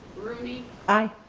rooney. i.